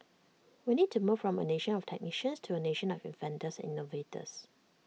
we need to move from A nation of technicians to A nation of inventors innovators